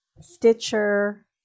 Stitcher